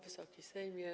Wysoki Sejmie!